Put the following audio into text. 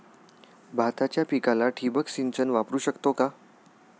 भाताच्या पिकाला ठिबक सिंचन वापरू शकतो का?